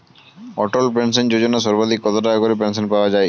অটল pension Yojana সর্বাধিক কত টাকা করে পেনশন পাওয়া যায়?